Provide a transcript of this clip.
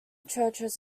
churches